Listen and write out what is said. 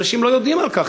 אנשים לא יודעים על כך,